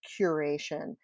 curation